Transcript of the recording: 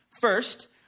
First